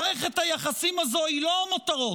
מערכת היחסים הזו היא לא מותרות.